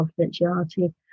confidentiality